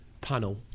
panel